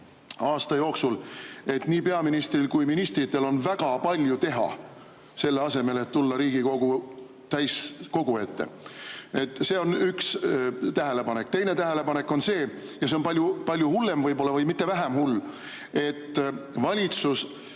aasta jooksul, et nii peaministril kui ka teistel ministritel on väga palju teha, selle asemel et tulla Riigikogu täiskogu ette. See on üks tähelepanek. Teine tähelepanek on see – ja see on võib-olla palju hullem või mitte vähem hull –, et valitsus